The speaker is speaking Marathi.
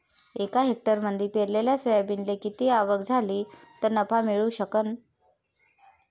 एका हेक्टरमंदी पेरलेल्या सोयाबीनले किती आवक झाली तं नफा मिळू शकन?